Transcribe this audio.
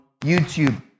YouTube